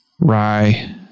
rye